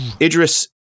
idris